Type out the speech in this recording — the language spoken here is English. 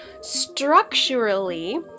structurally